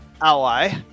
ally